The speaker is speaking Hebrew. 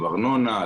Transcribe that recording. ארנונה,